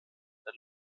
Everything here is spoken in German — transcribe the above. der